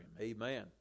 amen